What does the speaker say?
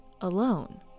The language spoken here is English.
alone